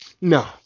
No